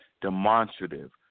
demonstrative